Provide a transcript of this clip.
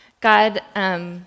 God